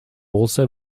also